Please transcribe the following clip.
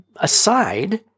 aside